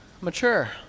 mature